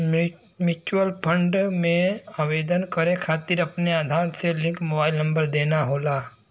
mutual fund में आवेदन करे खातिर अपने आधार से लिंक मोबाइल नंबर देना होला